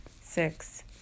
six